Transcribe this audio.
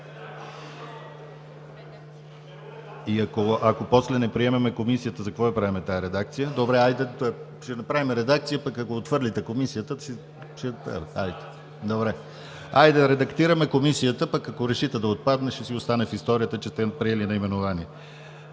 Ако после не приемем Комисията, за какво правим тази редакция? Добре, хайде, ще направим редакцията, пък ако отхвърлите Комисията… Редактираме Комисията, а пък ако решите да отпадне, ще си остане в историята, че сте приели наименованието.